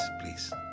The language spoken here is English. please